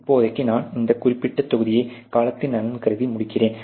இப்போதைக்கு நான் இந்த குறிப்பிட்ட தொகுதியை காலத்தின் நலன் கருதி முடிகிறேன்